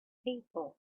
people